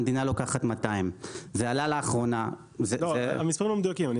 המדינה לוקחת 200. המספרים לא מדויקים.